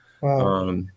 Wow